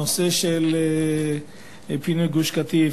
הנושא של פינוי גוש-קטיף.